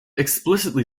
explicitly